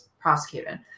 prosecuted